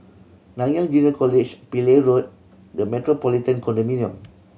Nanyang Junior College Pillai Road The Metropolitan Condominium